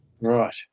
Right